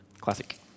classic